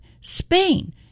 Spain